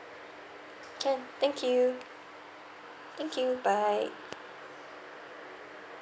can thank you thank you bye